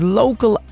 local